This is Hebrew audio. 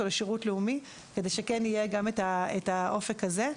לשירות לאומי כדי שיהיה גם את האופק הזה.